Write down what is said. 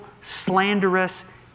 slanderous